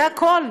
זה הכול.